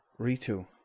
Ritu